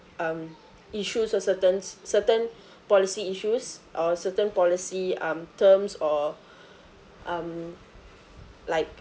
um issues or certain certain policy issues or certain policy um terms or um like